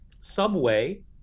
subway